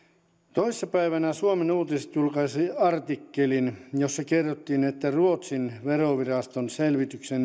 toissa päivänä suomen uutiset julkaisi artikkelin jossa kerrottiin että ruotsin veroviraston selvityksen